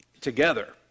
together